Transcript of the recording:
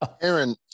Aaron